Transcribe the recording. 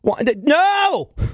no